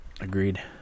Agreed